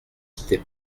quittait